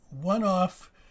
one-off